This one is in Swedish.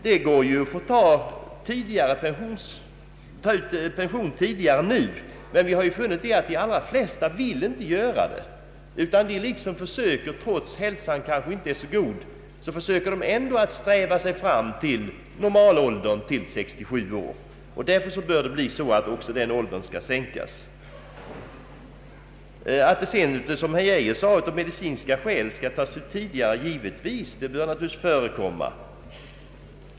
Det går nu att ta ut pension tidigare, men vi har funnit att de allra flesta inte vill göra det. Trots att hälsan inte är så god försöker man ändå sträva sig fram till den normala pensionsåldern 67 år. Därför bör denna ålder sänkas. Att, som herr Geijer sade, ta pension tidigare av medicinska skäl bör givetvis få förekomma.